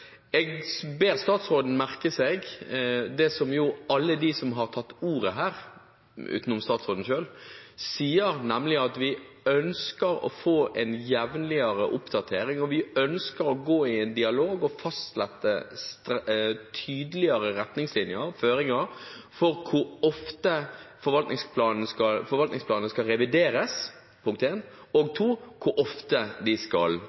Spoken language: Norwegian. som har tatt ordet i dag, sier, nemlig at vi ønsker å få en jevnligere oppdatering, og vi ønsker å gå i en dialog og fastsette tydeligere retningslinjer, føringer for hvor ofte forvaltningsplanene skal revideres, og hvor ofte de skal oppdateres. Nå er det slik at de